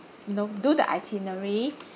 you know do the itinerary